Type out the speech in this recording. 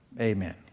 Amen